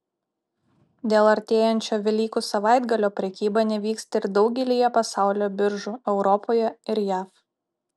dėl artėjančio velykų savaitgalio prekyba nevyksta ir daugelyje pasaulio biržų europoje ir jav